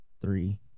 three